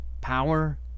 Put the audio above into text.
Power